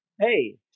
Hey